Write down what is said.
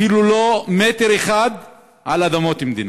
אפילו לא מטר אחד על אדמות מדינה.